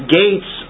gates